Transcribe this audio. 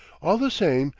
all the same,